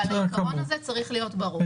אבל העיקרון הזה צריך להיות ברור.